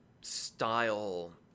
style